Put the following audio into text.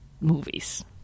movies